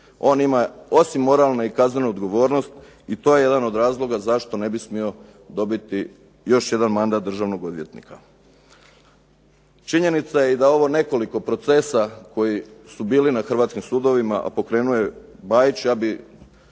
On ima osim moralne i kaznenu odgovornost i to je jedan od razloga zašto ne bi smio dobiti još jedan mandat državnog odvjetnika. Činjenica je i da ovo nekoliko procesa koji su bili na hrvatskim sudovima, a pokrenuo je Bajić, ja bih